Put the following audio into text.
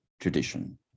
tradition